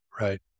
right